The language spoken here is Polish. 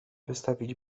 wystawić